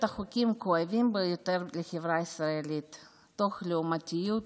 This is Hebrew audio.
החוקים הכואבים ביותר לחברה הישראלית תוך לעומתיות,